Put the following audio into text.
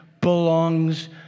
belongs